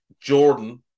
Jordan